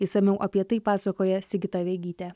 išsamiau apie tai pasakoja sigita vegytė